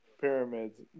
pyramids